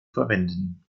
verwenden